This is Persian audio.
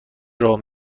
راه